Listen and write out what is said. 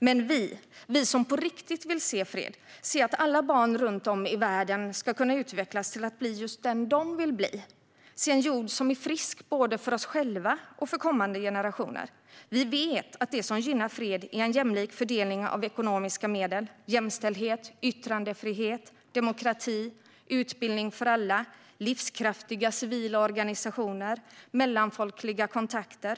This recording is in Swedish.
Men vi som på riktigt vill se fred, se att alla barn runt om i världen ska kunna utvecklas till att bli just den de vill bli, se en jord som är frisk både för oss själva och för kommande generationer, vi vet att det som gynnar fred är jämlik fördelning av ekonomiska medel, jämställdhet, yttrandefrihet, demokrati, utbildning för alla, livskraftiga civila organisationer och mellanfolkliga kontakter.